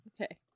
Okay